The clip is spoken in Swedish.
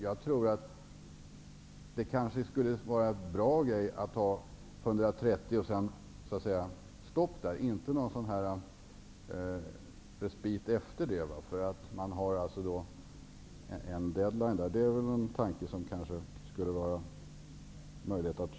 Jag tror att det skulle kunna vara bra att ha en deadline vid 130 km i timmen, en gräns som inte skulle få överskridas.